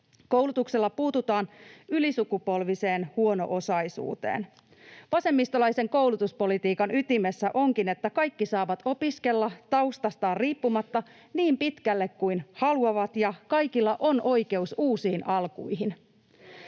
Koulutuksella puututaan ylisukupolviseen huono-osaisuuteen. Vasemmistolaisen koulutuspolitiikan ytimessä onkin, että kaikki saavat opiskella taustastaan riippumatta niin pitkälle kuin haluavat, ja kaikilla on oikeus uusiin alkuihin.